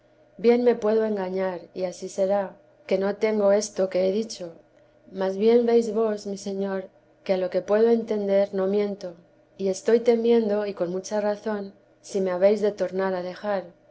bien me puedo engañar y ansí será que no tengo esto que he dicho mas bien veis vos mi señor que a lo que puedo entender no miento y estoy temiendo y con mucha razón si me habéis de tornar a dejar